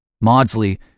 Maudsley